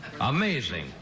Amazing